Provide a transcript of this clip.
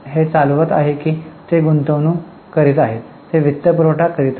हे चालवित आहे की ते गुंतवणूक करीत आहे की ते वित्तपुरवठा करीत आहे